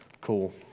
cool